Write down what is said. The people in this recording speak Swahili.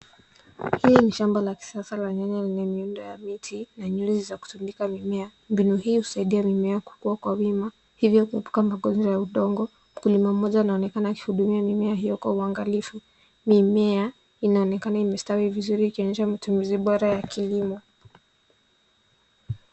Hili ni shamba la kisasa la nyanya lenye miundo ya miti na nyunyuzi za kutungika mimea. Mbinu hii husaidia mimea kukua kwa wima hivyo kuepuka magonjwa ya udongo. Mkulima mmoja anaonekana akihudumia mimea hiyo kwa uangalifu. Mimea inaonekana imestawi vizuri ikionyesha matumizi bora ya kilimo.